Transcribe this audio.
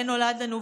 בן נולד לנו,